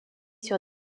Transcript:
sur